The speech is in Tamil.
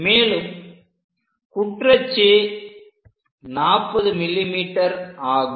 மேலும் குற்றச்சு 40 mm ஆகும்